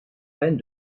peine